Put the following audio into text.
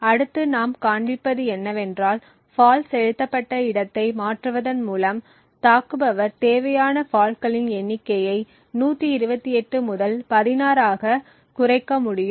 அடுத்து நாம் காண்பிப்பது என்னவென்றால் ஃபால்ட் செலுத்தப்பட்ட இடத்தை மாற்றுவதன் மூலம் தாக்குபவர் தேவையான ஃபால்ட்களின் எண்ணிக்கையை 128 முதல் 16 ஆக குறைக்க முடியும்